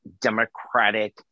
democratic